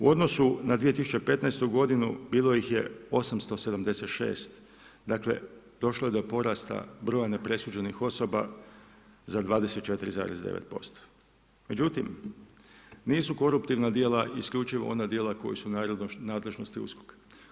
U odnosu na 2015. g. bilo ih je 876 dakle, došlo je do porasta broja nepresuđenih osoba za 24,9% Međutim, nisu koruptivna djela isključivo ona djela koja su u nadležnosti USKOK-a.